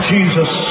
Jesus